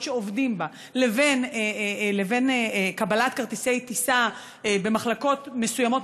שעובדים בה לבין קבלת כרטיסי טיסה במחלקות מסוימות,